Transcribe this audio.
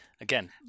again